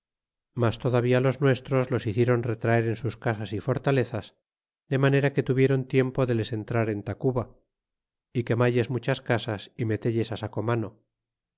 mas todavía los nuestros los hiciéron retraer en sus casas y fortaleza de manera que tuvieron tiempo de les entrar en tacuba y quemalles muchas casas y metelles á sacomano